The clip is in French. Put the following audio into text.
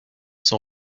son